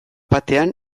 batean